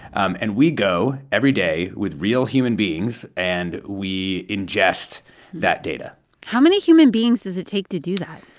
um and we go every day with real human beings. and we ingest that data how many human beings does it take to do that?